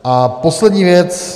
A poslední věc.